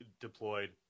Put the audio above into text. deployed